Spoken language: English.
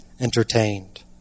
entertained